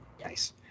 nice